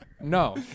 no